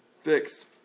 fixed